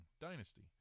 dynasty